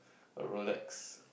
a Rolex